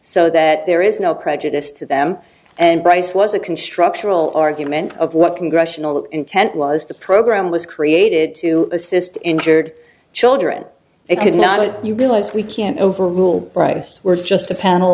so that there is no prejudice to them and price was a constructional argument of what congressional intent was the program was created to assist injured children they could not and you realize we can't overrule price we're just a panel